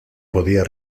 podía